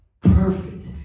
perfect